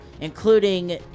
including